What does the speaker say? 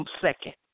second